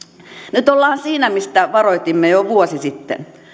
nyt ollaan siinä mistä varoitimme jo vuosi sitten